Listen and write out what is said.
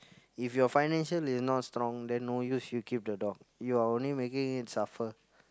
if your financial is not strong then no use you keep the dog you are only making it suffer